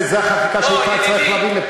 מה אני צריך להבין?